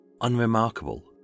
unremarkable